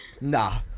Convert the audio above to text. Nah